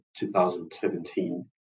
2017